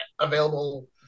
available